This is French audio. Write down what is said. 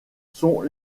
sont